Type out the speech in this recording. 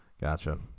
Gotcha